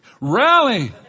Rally